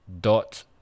dot